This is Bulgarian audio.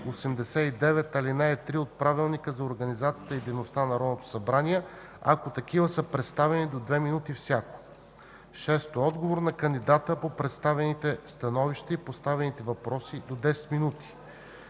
89, ал. 3 от Правилника за организацията и дейността на Народното събрание, ако такива са представени –до две минути всяко. 6. Отговор на кандидата по представените становища и поставените въпроси – до 10 минути.